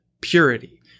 purity